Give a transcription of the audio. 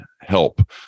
help